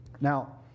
Now